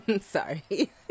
Sorry